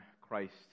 Christ